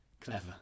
Clever